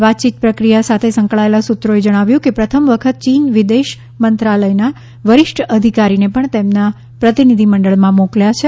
વાતયીત પ્રક્રિયા સાથે સંકળાયેલા સૂત્રોએ જણાવ્યું કે પ્રથમ વખત યીને વિદેશ મંત્રાલયના વરિષ્ઠ અધિકારીને પણ તેમના પ્રતિનિધિ મંડળમાં મોકલ્યા છે